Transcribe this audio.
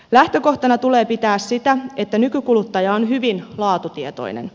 lähtökohtana tulee pitää sitä että nykykuluttaja on hyvin laatutietoinen